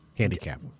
Handicap